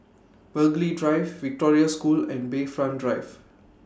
Burghley Drive Victoria School and Bayfront Drive